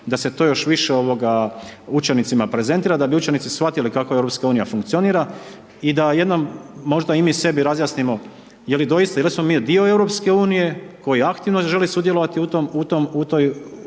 da se to još više učenicima prezentira da bi učenici shvatili kako EU funkcionira i da jednom možda i mi sebi razjasnimo je li doista, je li smo mi dio EU koji aktivno žele sudjelovati u toj